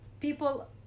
people